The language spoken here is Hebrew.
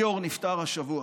ליאור נפטר השבוע,